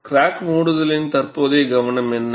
crack மூடுதலின் தற்போதைய கவனம் என்ன